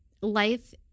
life